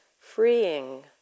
freeing